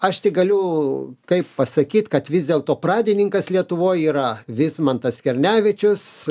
aš tik galiu kaip pasakyt kad vis dėlto pradininkas lietuvoj yra vismantas skernevičius